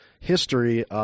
history